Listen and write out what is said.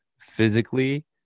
physically